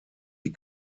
die